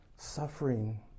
Suffering